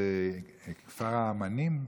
זה כפר האומנים?